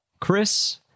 Chris